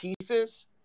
pieces